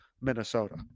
Minnesota